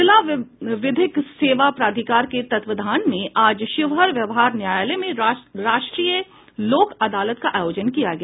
जिला विधिक सेवा प्राधिकार के तत्वावधान में आज शिवहर व्यवहार न्यायालय में राष्ट्रीय लोक अदालत का आयोजन किया गया